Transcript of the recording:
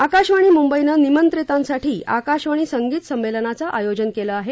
आकाशवाणी मुंबईनं निमंत्रितांसाठी आकाशवाणी संगीत संमेलनाचं आयोजन केलं आहे